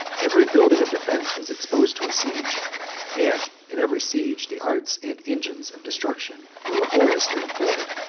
every building of defence was exposed to a siege and in every siege the arts and engines of destruction were laboriously employed.